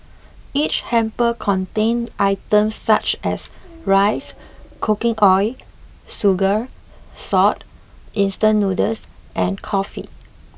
each hamper contained items such as rice cooking oil sugar salt instant noodles and coffee